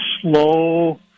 slow